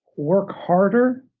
work harder.